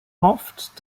hofft